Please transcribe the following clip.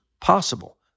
possible